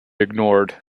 ignored